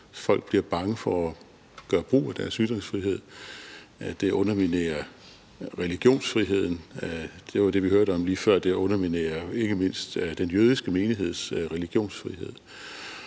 Folk bliver bange for at gøre brug af deres ytringsfrihed. Den underminerer religionsfriheden. Det var det, vi hørte om lige før. Den underminerer ikke mindst den jødiske menigheds religionsfrihed.